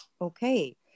okay